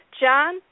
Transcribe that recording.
John